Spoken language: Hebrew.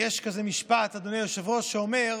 יש כזה משפט, אדוני היושב-ראש, שאומר: